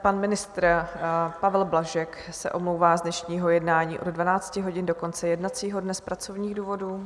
Pan ministr Pavel Blažek se omlouvá z dnešního jednání od 12 hodin do konce jednacího dne z pracovních důvodů.